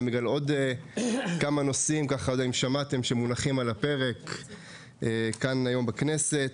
גם בגלל עוד כמה נושאים שמונחים על הפרק כאן היום בכנסת.